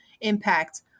impact